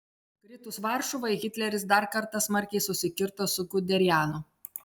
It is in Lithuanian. kritus varšuvai hitleris dar kartą smarkiai susikirto su guderianu